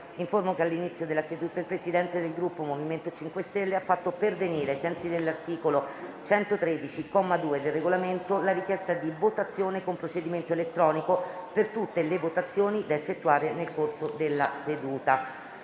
che all'inizio della seduta il Presidente del Gruppo MoVimento 5 Stelle ha fatto pervenire, ai sensi dell'articolo 113, comma 2, del Regolamento, la richiesta di votazione con procedimento elettronico per tutte le votazioni da effettuare nel corso della seduta.